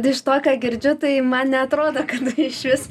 iš to ką girdžiu tai man neatrodo kad išvis